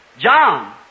John